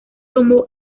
tomó